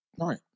right